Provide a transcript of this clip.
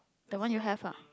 the one you have ah